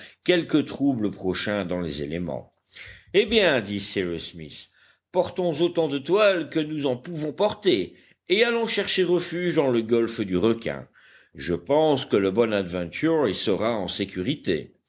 quelque trouble prochain dans les éléments eh bien dit cyrus smith portons autant de toile que nous en pouvons porter et allons chercher refuge dans le golfe du requin je pense que le bonadventure y sera en